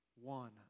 One